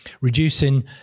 Reducing